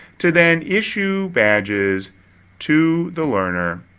to then issue badges to the learner.